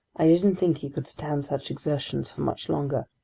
i didn't think he could stand such exertions for much longer.